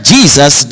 Jesus